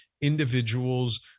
individuals